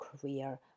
career